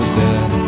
dead